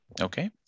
Okay